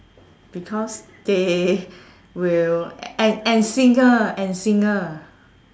because they will and and singer and singer